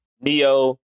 Neo